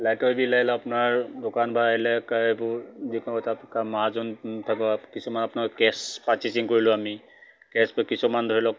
লাইটৰ বিল আহিল আপোনাৰ দোকান বা এলেকা এইবোৰ যিকোনো এটা মাহাজন থাকক কিছুমান আপোনাৰ কেছ পাৰ্চেচিং কৰিলোঁ আমি কেছ কিছুমান ধৰি লওক